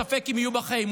ספק אם הם יהיו בחיים,